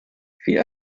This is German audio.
wie